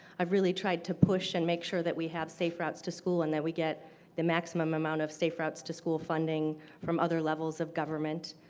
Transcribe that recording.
i have really tried to push and make sure that we have safe routes to school and that we get the maximum amount of safe routes to school funding from other levels of government.